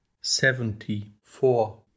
Seventy-four